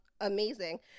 amazing